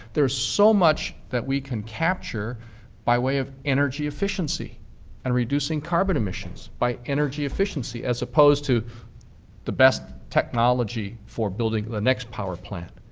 there's so much that we can capture by way of energy efficiency and reducing carbon emissions by energy efficiency as opposed to the best technology for building the next power plant.